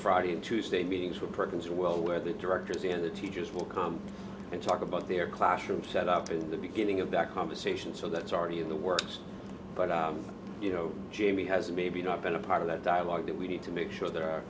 friday and tuesday meetings with perkins well where the directors and the teachers will come and talk about their classroom set up to the beginning of that conversation so that's already in the works but you know jamie has maybe not been a part of that dialogue that we need to make sure th